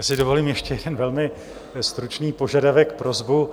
Já si dovolím ještě jeden velmi stručný požadavek, prosbu.